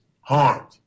harmed